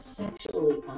sexually